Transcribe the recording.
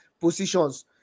positions